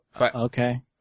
Okay